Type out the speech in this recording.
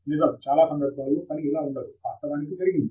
నిజం చాలా సందర్భాల్లో పని ఇలా ఉండదు వాస్తవానికి జరిగింది